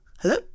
hello